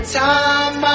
time